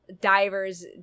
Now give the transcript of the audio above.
divers